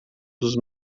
dos